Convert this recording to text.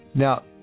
Now